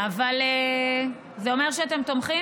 אבל זה אומר שאתם תומכים?